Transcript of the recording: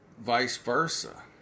vice-versa